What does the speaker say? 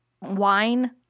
wine